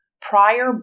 prior